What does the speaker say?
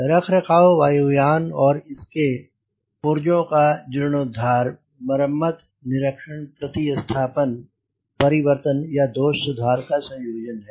रखरखाव वायु यान और इसके पुरुषों का जीर्णोद्धार मरम्मत निरीक्षण प्रतिस्थापन परिवर्तन या दोष सुधार का संयोजन है